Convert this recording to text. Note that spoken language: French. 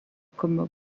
comme